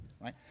right